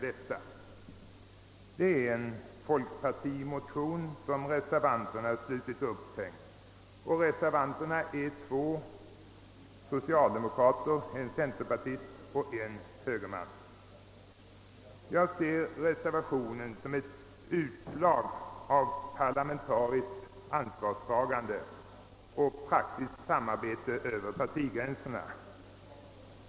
Det är en folkpartimotion som reservanterna slutit upp kring, och reservanterna är två socialdemokrater, en centerpartist och en högerman. Jag ser reservationen som ett utslag av parlamentariskt ansvarstagande och som ett praktiskt samarbete över - partigränserna.